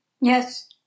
Yes